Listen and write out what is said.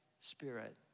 spirit